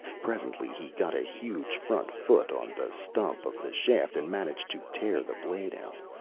presently he got a huge front foot on the stump of the shaft and managed to tear the blade out.